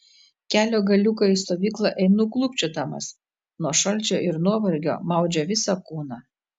kelio galiuką į stovyklą einu klūpčiodamas nuo šalčio ir nuovargio maudžia visą kūną